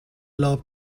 لعاب